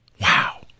Wow